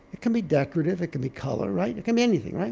it could be decorative, it could be color, right? it could be anything, right?